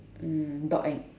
mm dog and